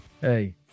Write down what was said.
hey